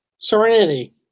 Serenity